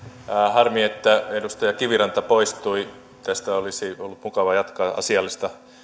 harmi että edustaja kiviranta poistui tästä olisi ollut mukava jatkaa asiallista